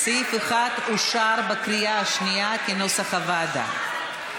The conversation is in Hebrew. סעיף 1 אושר בקריאה השנייה כנוסח הוועדה.